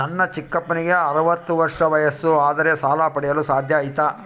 ನನ್ನ ಚಿಕ್ಕಪ್ಪನಿಗೆ ಅರವತ್ತು ವರ್ಷ ವಯಸ್ಸು ಆದರೆ ಸಾಲ ಪಡೆಯಲು ಸಾಧ್ಯ ಐತಾ?